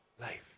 life